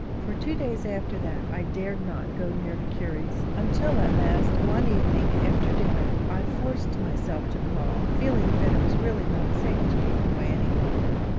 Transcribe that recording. for two days after that i dared not go near the curries, until at last one evening after dinner i forced myself to call, feeling that it was really not safe to keep away any longer.